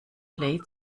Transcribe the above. play